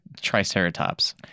Triceratops